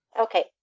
Okay